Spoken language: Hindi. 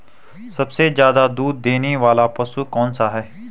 सबसे ज़्यादा दूध देने वाला पशु कौन सा है?